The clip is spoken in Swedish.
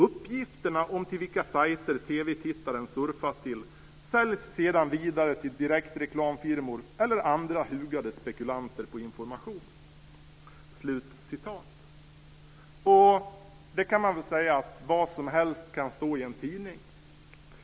Uppgifterna om till vilka sajter tv-tittaren surfat till säljs sedan vidare till direktreklamfirmor eller andra hugade spekulanter på information." Man kan säga att vad som helst kan stå i en tidning.